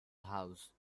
house